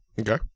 Okay